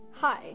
Hi